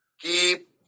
Keep